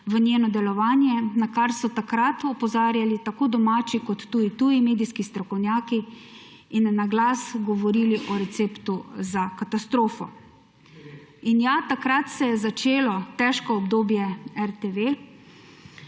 v njeno delovanje, na kar so takrat opozarjali tako domači kot tuji medijski strokovnjaki in na glas govorili o receptu za katastrofo. Takrat se je začelo težko obdobje RTV